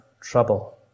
trouble